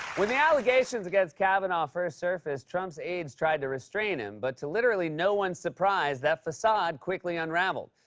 when the allegations against kavanaugh first surfaced, trump's aides tried to restrain him. but to literally no one's surprise, that facade quickly unraveled.